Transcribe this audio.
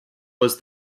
was